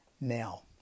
now